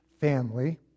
family